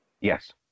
Yes